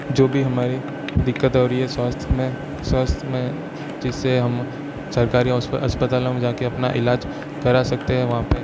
जो भी हमारी दिक्कत हो रही है स्वास्थ्य में स्वास्थ्य में जिससे हम सरकारी औस अस्पतालों में जाके अपना इलाज करा सकते हैं वहां पे